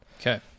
Okay